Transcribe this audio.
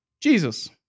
Jesus